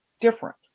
different